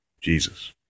Jesus